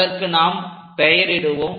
அதற்கு நாம் பெயரிடுவோம்